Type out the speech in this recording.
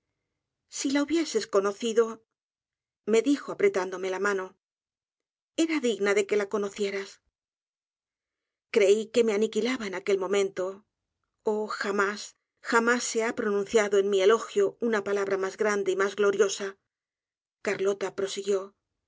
si la hubieses conocido me dijo apretándome la mano era digna de que la conocieras creí que me aniquilaba en aquel momento oh jamás jamás se ha pronunciado en mi elogio una palabra mas grande y mas gloriosa carlota prosiguió